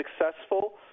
successful